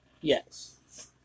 Yes